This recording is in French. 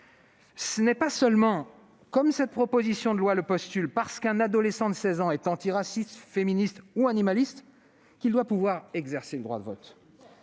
Ce n'est pas seulement, comme cette proposition de loi le postule, parce qu'un adolescent de 16 ans est antiraciste, féministe ou animaliste qu'il doit pouvoir exercer le droit de vote.